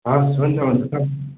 हवस् हुन्छ हुन्छ तप